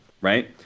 Right